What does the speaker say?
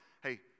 hey